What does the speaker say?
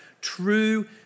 true